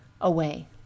away